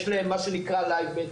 יש להם מה שנקרא "ליי-בטים".